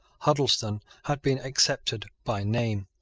huddleston had been excepted by name.